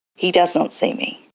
he does not see me.